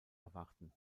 erwarten